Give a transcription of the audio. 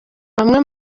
bamwe